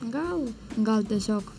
gal gal tiesiog